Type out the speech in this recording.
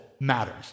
matters